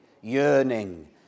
yearning